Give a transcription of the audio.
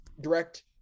direct